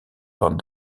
van